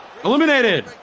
Eliminated